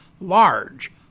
large